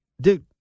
Dude